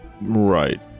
Right